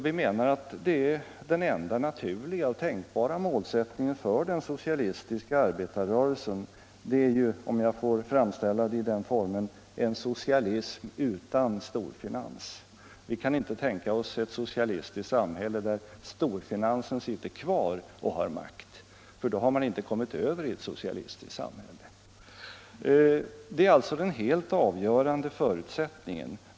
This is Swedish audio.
Vi menar att den enda naturliga och tänkbara målsättningen för den socialistiska arbetarrörelsen är — om jag får framställa det i den formen — en socialism utan storfinans. Vi kan inte tänka oss ett socialistiskt samhälle där storfinansen sitter kvar och har makt, för då har man inte kommit över i ett socialistiskt samhälle. Detta är alltså den helt avgörande förutsättningen.